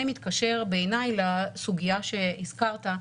זה מתקשר בעיניי לסוגיה שהזכרת,